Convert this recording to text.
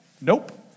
Nope